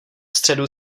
středu